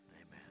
Amen